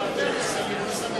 זה כמו להטיל מכס על ייבוא סמים.